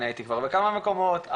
הייתי כבר בכמה מקומות,